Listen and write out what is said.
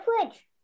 fridge